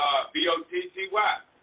B-O-T-T-Y